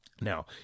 Now